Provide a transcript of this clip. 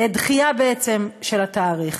דחייה של התאריך,